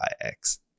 ix